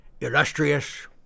illustrious